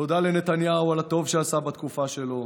תודה לנתניהו על הטוב שעשה בתקופה שלו.